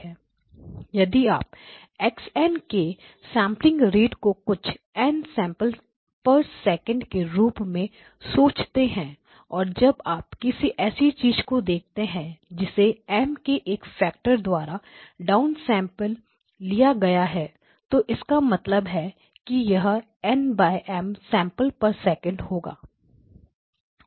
यदि आप x n के सैंपलिंग रेट को कुछ n सैंपल सेकंड samplesecondके रूप में सोचते हैं और जब आप किसी ऐसी चीज को देखते हैं जिसे M के एक फैक्टर द्वारा डाउन सैंपल लिया गया है तो इसका मतलब है कि यह N M samples second samplessecond होगा